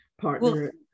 partner